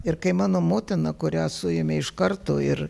ir kai mano motina kurią suėmė iš karto ir